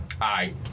Aye